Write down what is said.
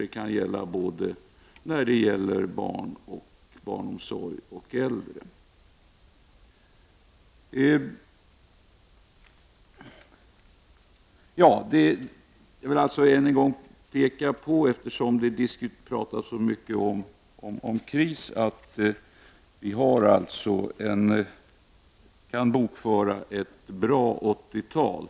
Det kan ibland vara lämpligt både i barnomsorg och i äldreomsorg. Eftersom det talas så mycket om kriser, vill jag än en gång peka på att vi kan bokföra ett bra 80-tal.